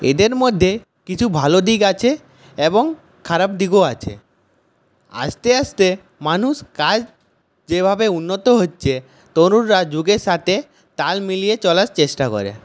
এদের মধ্যে কিছু ভালো দিক আছে এবং খারাপ দিকও আছে আস্তে আস্তে মানুষ কাজ যেভাবে উন্নত হচ্ছে তরুণরা যুগের সাথে তাল মিলিয়ে চলার চেষ্টা করে